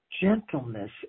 gentleness